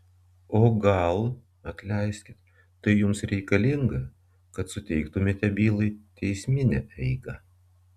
o gal atleiskit tai jums reikalinga kad suteiktumėte bylai teisminę eigą